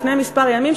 לפני כמה ימים,